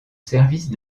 service